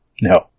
No